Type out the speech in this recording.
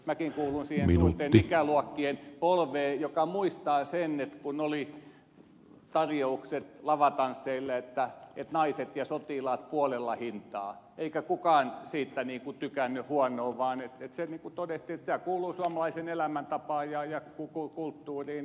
minäkin kuulun siihen suurten ikäluokkien polveen joka muistaa sen kun oli tarjoukset lavatansseille että naiset ja sotilaat puolella hintaa eikä kukaan siitä tykännyt huonoa vaan todettiin että tämä kuuluu suomalaiseen elämäntapaan ja kulttuuriin